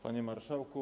Panie Marszałku!